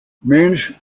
mensch